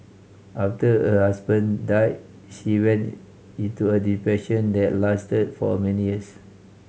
after her husband died she went into a depression that lasted for many years